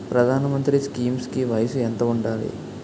ప్రధాన మంత్రి స్కీమ్స్ కి వయసు ఎంత ఉండాలి?